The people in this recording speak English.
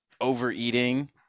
Overeating